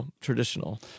traditional